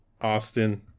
Austin